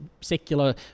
secular